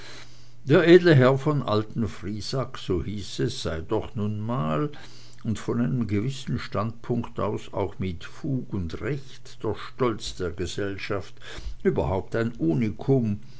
der edle herr von alten friesack so hieß es sei doch nun mal und von einem gewissen standpunkt aus auch mit fug und recht der stolz der grafschaft überhaupt ein unikum